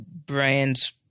brands